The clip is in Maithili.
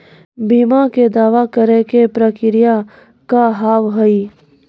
बीमा के दावा करे के प्रक्रिया का हाव हई?